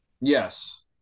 Yes